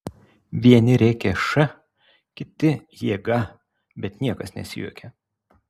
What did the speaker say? vieni rėkė š kiti jėga bet niekas nesijuokė